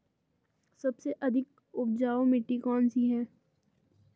सबसे अधिक उपजाऊ मिट्टी कौन सी है?